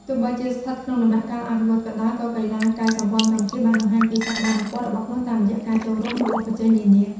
ទោះបីជាស្ថិតក្នុងដំណាក់កាលអភិវឌ្ឍន៍ក៏ដោយ ក៏កីឡាកាយសម្ព័ន្ធកម្ពុជាបានបង្ហាញពីសក្ដានុពលរបស់ខ្លួនតាមរយៈការចូលរួមប្រកួតប្រជែងនានា។